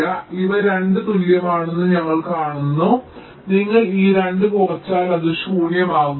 അതിനാൽ ഇവ 2 തുല്യമാണെന്ന് ഞങ്ങൾ കാണുന്നു അതിനാൽ നിങ്ങൾ ഈ 2 കുറച്ചാൽ അത് ശൂന്യമാകും